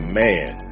man